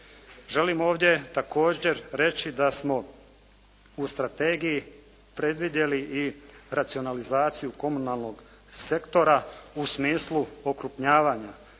Želim ovdje također reći da smo u strategiji predvidjeli i racionalizaciju komunalnog sektora u smislu okrupnjavanja